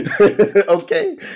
Okay